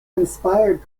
inspired